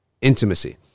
intimacy